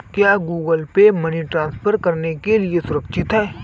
क्या Google Pay money transfer के लिए सुरक्षित है?